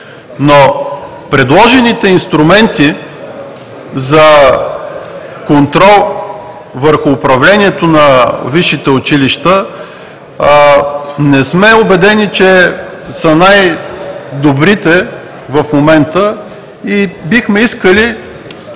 Предложените инструменти за контрол върху управлението на висшите училища не сме убедени, че са най-добрите в момента. Бихме искали да обсъдим още